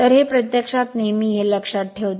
तर हे प्रत्यक्षात नेहमी हे लक्षात ठेवते